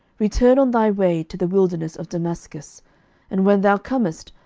return on thy way to the wilderness of damascus and when thou comest,